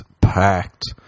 packed